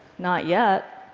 not yet,